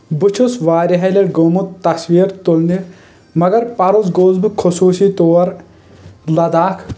بہٕ چھُس واریاہہِ لٹہِ گوٚومُت تصویر تُلنہِ مگر پرُس گوٚوس بہٕ خصوٗصی طور لداخ